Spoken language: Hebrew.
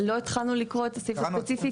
לא התחלנו לקרוא את הסעיף הספציפי.